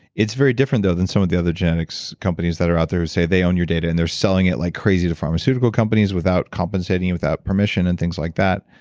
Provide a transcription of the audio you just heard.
it's very different, though, than some of the other genetics companies that are out there who say they own your data and they're selling it like crazy to pharmaceutical companies without compensating you, without permission, and things like that